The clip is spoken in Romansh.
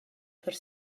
per